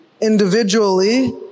individually